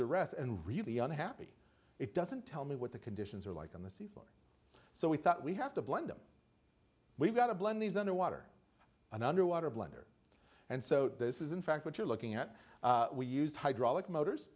duress and really unhappy it doesn't tell me what the conditions are like on the sea floor so we thought we have to blend them we've got to blend these underwater an underwater blender and so this is in fact what you're looking at we used hydraulic